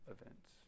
events